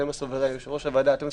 אתם הסוברנים, יושב-ראש הוועדה.